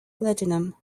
platinum